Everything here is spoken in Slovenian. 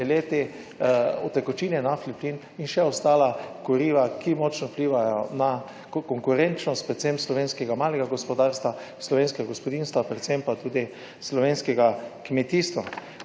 peleti, utekočinjen naftni plin in še ostala kuriva, ki močno vplivajo na konkurenčnost predvsem slovenskega malega gospodarstva, slovenskega gospodinjstva, predvsem pa tudi slovenskega kmetijstva.